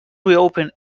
reopen